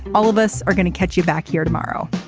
all of us are gonna catch you back here tomorrow